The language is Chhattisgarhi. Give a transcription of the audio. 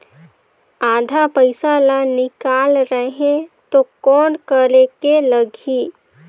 आधा पइसा ला निकाल रतें तो कौन करेके लगही?